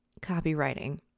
copywriting